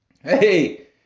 Hey